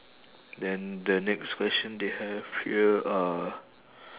then the next question they have here uh